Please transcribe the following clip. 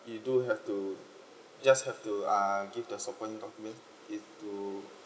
you do have to just have to uh give the supporting document it will